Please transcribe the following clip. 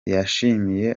yashimiye